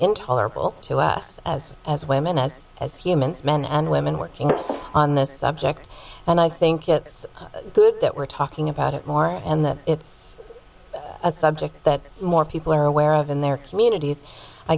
intolerable to us as as women as as humans men and women working on this subject and i think it's good that we're talking about it more and that it's a subject that more people are aware of in their communities i